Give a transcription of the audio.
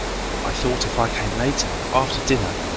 i thought if i came later, after dinner.